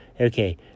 Okay